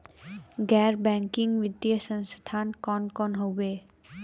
गैर बैकिंग वित्तीय संस्थान कौन कौन हउवे?